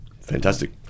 fantastic